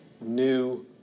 new